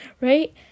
right